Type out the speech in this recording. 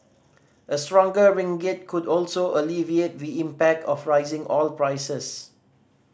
a stronger ringgit could also alleviate the impact of rising oil prices